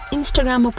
Instagram